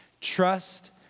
Trust